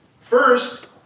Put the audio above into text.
First